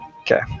Okay